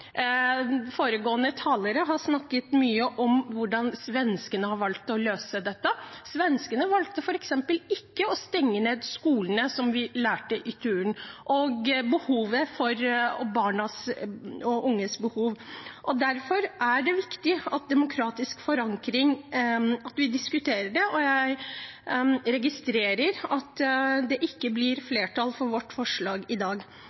Foregående talere har snakket mye om hvordan svenskene har valgt å løse dette. Svenskene valgte f.eks. ikke å stenge ned skolene – som vi lærte på turen, om barn og unges behov. Derfor er demokratisk forankring viktig, og at vi diskuterer det. Jeg registrerer at det ikke blir flertall for vårt forslag i dag.